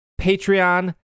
Patreon